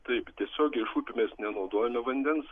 taip tiesiogiai iš upių mes nenaudojame vandens